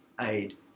aid